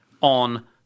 on